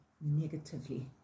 negatively